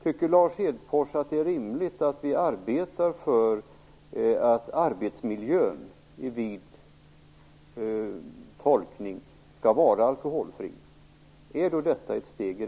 Tycker Lars Hedfors att det är rimligt att vi arbetar för att arbetsmiljön i vid tolkning skall vara alkoholfri?